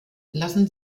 lassen